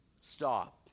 Stop